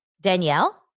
Danielle